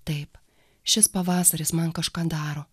taip šis pavasaris man kažką daro